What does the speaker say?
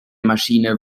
maschine